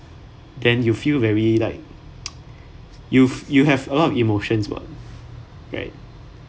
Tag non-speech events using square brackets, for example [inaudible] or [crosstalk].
then you feel very like [noise] you you have a lot of emotion what right